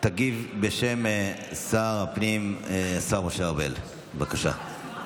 תגיב בשם שר הפנים השר משה ארבל, בבקשה.